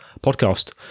podcast